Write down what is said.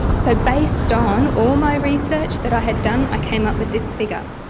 so based on all my research that i had done, i came up with this figure.